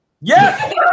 Yes